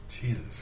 Jesus